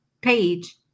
page